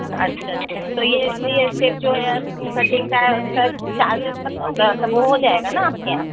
اچھا اچھا تو یہ فری اسٹیپ جو ہئیر کٹنگ کا ہے اُس کا چارجیز پتا ہوگا سب ہو جائے گا نا آپ کے یہاں